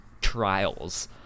trials